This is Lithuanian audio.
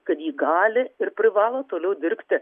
kad ji gali ir privalo toliau dirbti